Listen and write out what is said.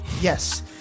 Yes